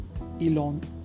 Elon